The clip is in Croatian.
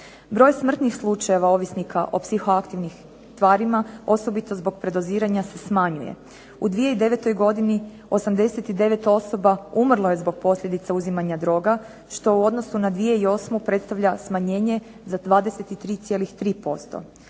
Broj smrtnih slučajeva ovisnika o psiho aktivnim tvarima osobito zbog predoziranja se smanjuje. U 2009. godini 89 osoba umrlo je zbog posljedica uzimanja droga što u odnosu na 2008. predstavlja smanjenje za 23,3%.